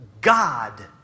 God